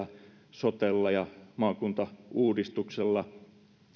sotella ja maakuntauudistuksella